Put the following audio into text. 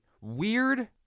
weird